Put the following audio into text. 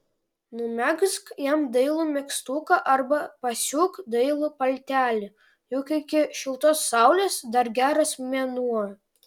numegzk jam dailų megztuką arba pasiūk dailų paltelį juk iki šiltos saulės dar geras mėnuo